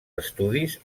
estudis